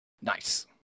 Nice